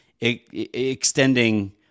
extending